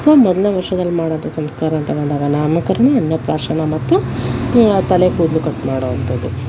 so ಮೊದಲನೇ ವರ್ಷದಲ್ಲಿ ಮಾಡೋ ಅಂಥ ಸಂಸ್ಕಾರ ಅಂತ ಬಂದಾಗ ನಾಮಕರಣ ಅನ್ನಪ್ರಾಶನ ಮತ್ತು ತಲೆ ಕೂದಲು ಕಟ್ ಮಾಡೋಂಥದ್ದು